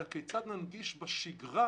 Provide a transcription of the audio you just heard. אלא כיצד ננגיש בשגרה